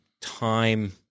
time